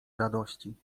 radości